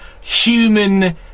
human